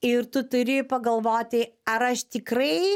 ir tu turi pagalvoti ar aš tikrai